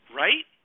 right